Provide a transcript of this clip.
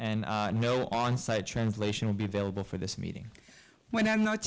and no on site translation will be available for this meeting when i'm not